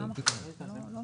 זה עולם אחר, זה לא אותו עולם.